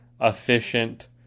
Efficient